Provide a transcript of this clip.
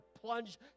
plunge